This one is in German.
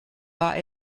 war